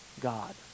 God